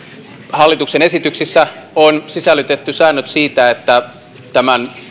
hallituksen esityksiin on sisällytetty säännöt siitä että tämän